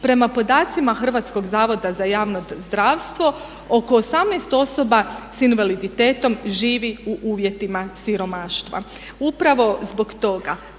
Prema podacima Hrvatskog zavoda za javno zdravstvo oko 18 osoba s invaliditetom živi u uvjetima siromaštva. Upravo zbog toga